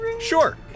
Sure